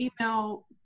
email